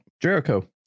Jericho